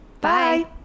Bye